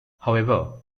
however